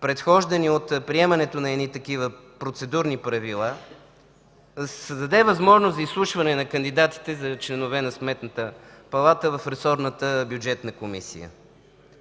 предхождани от приемането на едни такива Процедурни правила, за да се създаде възможност за изслушване на кандидатите за членове на Сметната палата в Ресорната бюджетна комисия.